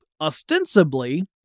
ostensibly